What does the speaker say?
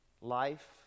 Life